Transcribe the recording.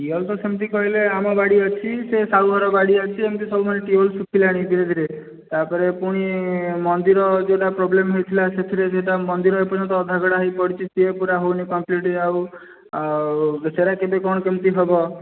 ଟିୱେଲ ତ ସେମତି କହିଲେ ଆମ ବାଡ଼ି ଅଛି ସେ ସାହୁହର ବାଡ଼ି ଅଛି ଏମିତି ସବୁ ଟିୱେଲ ଶୁଖିଲାଣି ଧୀରେ ଧୀରେ ତାପରେ ପୁଣି ମନ୍ଦିର ଯେଉଁଟା ପ୍ରୋବ୍ଲେମ ହୋଇଥିଲା ସେଥିରେ ସେହିଟା ମନ୍ଦିର ଏପର୍ଯ୍ୟନ୍ତ ଅଧାଗଢା ହୋଇ ପଡ଼ିଛି ସେ ପୁରା ହେଉନି କମ୍ପ୍ଲିଟ ଆଉ ଆଉ ବିଚାର କେବେ କ'ଣ କେମିତି ହେବ